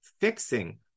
fixing